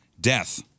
death